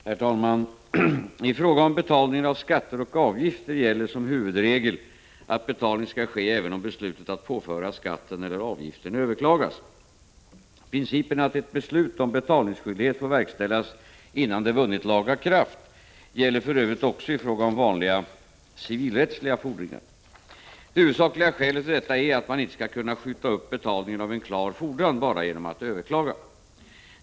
Herr talman! I fråga om betalningen av skatter och avgifter gäller som huvudregel att betalning skall ske även om beslutet att påföra skatten eller avgiften överklagas. Principen att ett beslut om betalningsskyldighet får verkställas innan det vunnit laga kraft gäller för övrigt också i fråga om vanliga civilrättsliga fordringar. Det huvudsakliga skälet för detta är att man inte skall kunna skjuta upp betalningen av en klar fordran bara genom att överklaga.